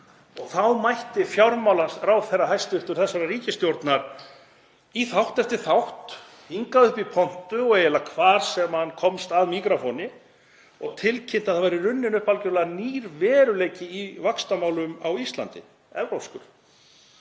og þá mætti hæstv. fjármálaráðherra þessarar ríkisstjórnar í þátt eftir þátt, hingað upp í pontu og eiginlega hvar sem hann komst að míkrófóni og tilkynnti að það væri runninn upp algjörlega nýr veruleiki í vaxtamálum á Íslandi; evrópskur.